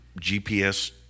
GPS